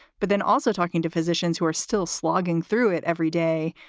but then also talking to physicians who are still slogging through it every day,